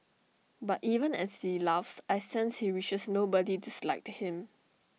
but even as he laughs I sense he wishes nobody disliked him